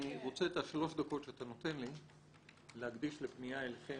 אני רוצה להקדיש את שלוש הדקות שאתה נותן לי לפניה אליכם,